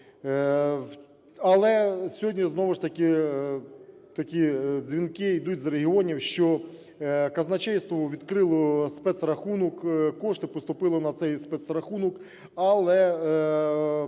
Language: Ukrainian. Але сьогодні, знову ж таки, такі дзвінки йдуть з регіонів, що казначейство відкрило спецрахунок, кошти поступили на цей спецрахунок, але